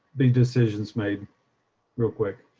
the decisions made real quick